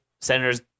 senators